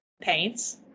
Paints